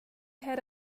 had